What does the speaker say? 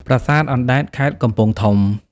ប្រាសាទអណ្តែត (ខេត្តកំពង់ធំ)។